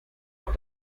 auch